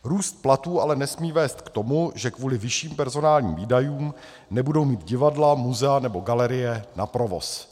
Růst platů ale nesmí vést k tomu, že kvůli vyšším personálním výdajům nebudou mít divadla, muzea nebo galerie na provoz.